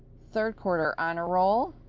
third quarter honor roll,